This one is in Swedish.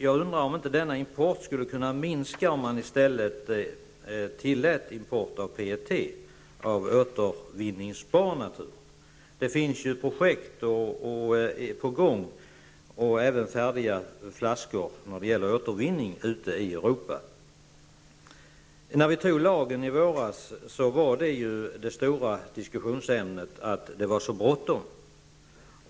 Jag undrar om inte denna import skulle kunna minska om man i stället tillät import av PET-flaskor av återvinningsbar natur. Det finns projekt och även färdiga flaskor när det gäller återvinning på gång ute i Europa. När vi antog lagen i våras var ju det stora diskussionsämnet att det var så bråttom.